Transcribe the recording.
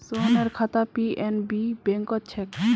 सोहनेर खाता पी.एन.बी बैंकत छेक